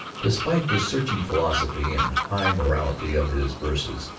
despite the searching philosophy and high morality of his verses,